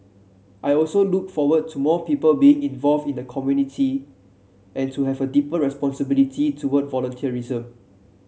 I also look forward to more people being involved in the community and to have a deeper responsibility towards volunteerism